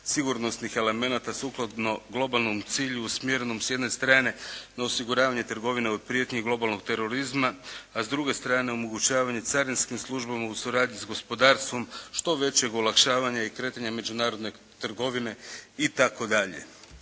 sigurnosnih elemenata sukladno globalnom cilju usmjerenom s jedne strane na osiguravanje trgovine od prijetnji i globalnog terorizma, a s druge strane omogućavanje carinskim službama u suradnji s gospodarstvom što većeg olakšavanja i kretanja međunarodne trgovine itd.